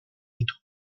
ditu